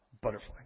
Butterfly